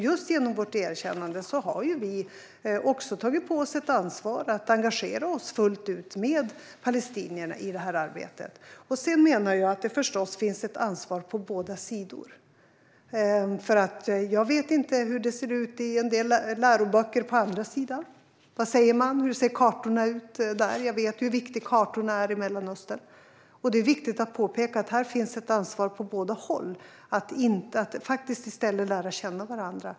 Just genom vårt erkännande har vi också tagit på oss ett ansvar för att engagera oss fullt ut med palestinierna i arbetet. Jag menar också att det förstås finns ett ansvar på båda sidor. Jag vet inte hur det ser ut i en del läroböcker på den andra sidan. Vad säger man? Hur ser kartorna ut där? Jag vet ju hur viktiga kartorna är i Mellanöstern. Det är viktigt att påpeka att det finns ett ansvar på båda håll för att i stället lära känna varandra.